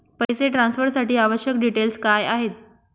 पैसे ट्रान्सफरसाठी आवश्यक डिटेल्स काय आहेत?